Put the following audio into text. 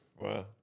wow